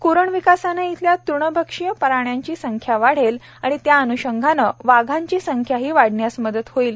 क्रण विकासाने येथील तृणभक्षीय प्राण्यांची संख्या वाढेल व त्या अन्षंगाने वाघांची संख्याही वाढण्यास मदत होईल